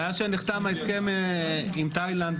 מאז שנחתם ההסכם עם תאילנד